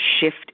shift